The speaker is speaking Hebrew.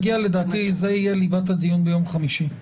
לדעתי, זה יהיה ליבת הדיון ביום חמישי.